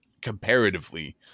comparatively